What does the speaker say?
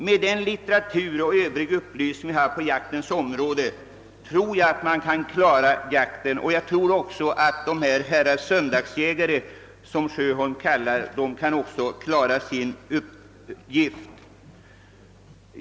Med den litteratur och den övriga upplysning på jaktens område som finns att få kan, tror jag, också dessa herrar söndagsjägare, som herr Sjöholm talar om, klara sin uppgift.